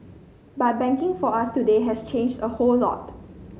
but banking for us today has changed a whole lot